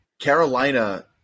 Carolina